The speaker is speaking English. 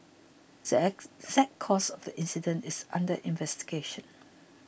the ex the exact cause of the incident is under investigation